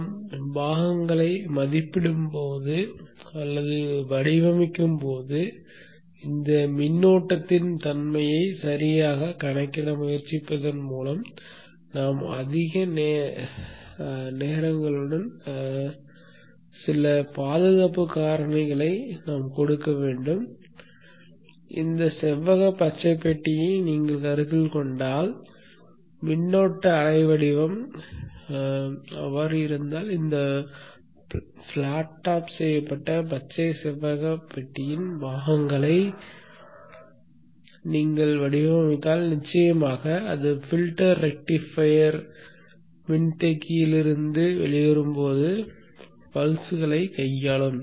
நாம் பாகங்கள்களை மதிப்பிடும்போது அல்லது வடிவமைக்கும்போது இந்த மின்னோட்டத்தின் தன்மையை சரியாகக் கணக்கிட முயற்சிப்பதன் மூலம் நாம் அதிகம் ரேடிங்களுடன் சில பாதுகாப்பு காரணிகளை நாம் கொடுக்க வேண்டும் இந்த செவ்வக பச்சை பெட்டியை நீங்கள் கருத்தில் கொண்டால் மின்னோட்ட அலை வடிவம் அப்படி இருந்தால் இந்த பிளாட் டாப் செய்யப்பட்ட பச்சை செவ்வக பெட்டியின் பாகங்கள்களை நீங்கள் வடிவமைத்தால் நிச்சயமாக அது பில்டர் ரெக்டிபயர் மின்தேக்கியில் இருந்து வெளிவரும்போது பல்ஸ்களை கையாளும்